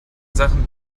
sachen